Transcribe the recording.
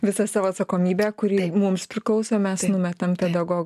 visą savo atsakomybę kuri mums priklauso mes numetam pedagogui